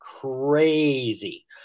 crazy